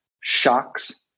shocks